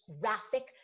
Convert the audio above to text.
graphic